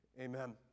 Amen